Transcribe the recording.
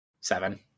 seven